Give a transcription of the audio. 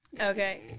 Okay